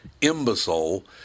imbecile